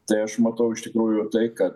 tai aš matau iš tikrųjų tai kad